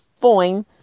fine